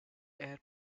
air